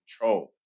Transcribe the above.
control